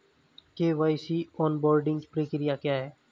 KYC onboarding प्रक्रिया क्या है?